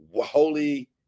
holy